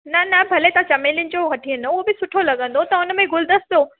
न न भले तव्हां चमेलियुनि जो वठी वञो उहो बि सुठो लॻंदो हुन में गुलदस्तो